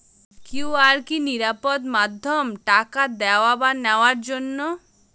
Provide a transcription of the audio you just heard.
QR কি নিরাপদ মাধ্যম টাকা দেওয়া বা নেওয়ার জন্য?